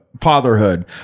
fatherhood